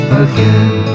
again